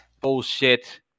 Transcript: Bullshit